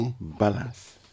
balance